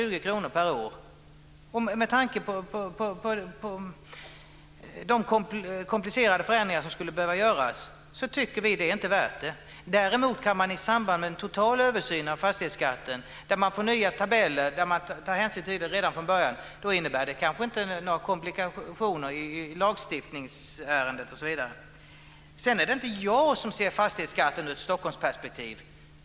Vi tycker inte att det är värt med tanke på de komplicerade förändringar som skulle behöva göras. Däremot vid en total översyn av fastighetsskatten där hänsyn tas från början i tabellerna ger det kanske inte komplikationer i lagstiftningsärendet. Det är inte jag som ser fastighetsskatten ur ett Stockholmsperspektiv.